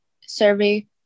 survey